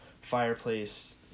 fireplace